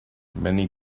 many